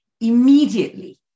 immediately